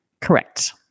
Correct